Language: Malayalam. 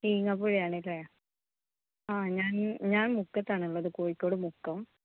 വീങ്ങപുഴ ആണ് അല്ലേ ആ ഞാൻ ഞാൻ മുക്കത്താണുള്ളത് കോഴിക്കോട് മുക്കം